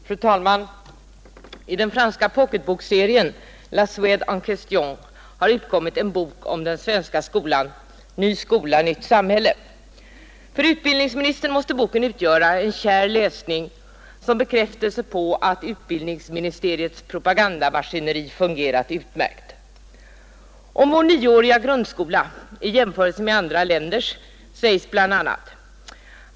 Fru talman! I den franska pocketbokserien ”La Suede en question” har utkommit en bok om den svenska skolan ”Ny skola — nytt samhälle”. För utbildningsministern måste boken utgöra en kär läsning som en bekräftelse på att utbildningsministeriets propagandamaskineri fungerat utmärkt. Om vår nioåriga grundskola i jämförelse med andra länders sägs bl.